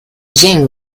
gene